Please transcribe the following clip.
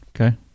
Okay